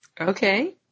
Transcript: Okay